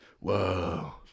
Whoa